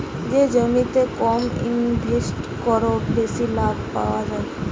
যে জমিতে কম ইনভেস্ট কোরে বেশি লাভ পায়া যাচ্ছে